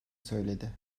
söyledi